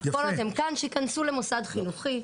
שייכנסו למוסד חינוכי.